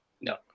no